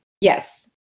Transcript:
Yes